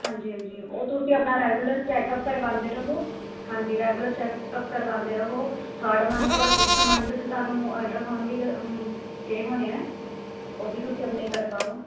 ਹਾਂਜੀ ਹਾਂਜੀ ਉਹ ਤੁਸੀਂ ਆਪਣਾ ਰੈਗੂਲਰ ਚੈਕਅਪ ਕਰਵਾਉਂਦੇ ਰਹੋ ਹਾਂਜੀ ਰੈਗੂਲਰ ਚੈਕਅਪ ਕਰਵਾਉਂਦੇ ਰਹੋ ਥਰਡ ਮੰਥ ਔਰ ਫਿਫਥ ਮੰਥ 'ਚ ਤੁਹਾਨੂੰ ਅਲਟਰਾਸਾਉਂਡ ਵੀ ਕਹੇ ਹੋਣੇ ਆ ਉਹ ਵੀ ਤੁਸੀਂ ਆਪਣੇ ਕਰਵਾਓ